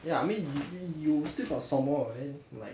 ya I mean you still got some more right like